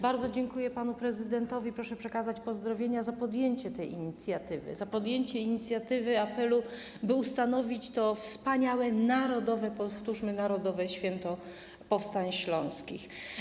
Bardzo dziękuję panu prezydentowi - proszę przekazać pozdrowienia - za podjęcie tej inicjatywy, za podjęcie inicjatywy, apelu, by ustanowić to wspaniałe narodowe, powtórzmy, narodowe święto powstań śląskich.